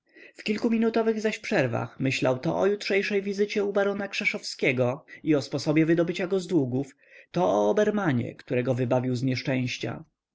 w kilkuminutowych zaś przerwach myślał to o jutrzejszej wizycie u barona krzeszowskiego i o sposobie wydobycia go z długów to o obermanie którego wybawił z nieszczęścia